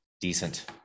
decent